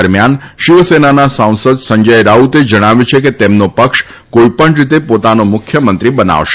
દરમ્યાન શિવસેનાના સાંસદ સંજય રાઉતે જણાવ્યું છે કે તેમનો પક્ષ કોઈપણ રીતે પોતાનો મુખ્યમંત્રી બનાવશે